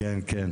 כן, כן.